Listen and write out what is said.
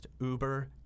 Uber